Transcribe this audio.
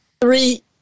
three